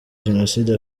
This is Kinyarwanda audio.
jenoside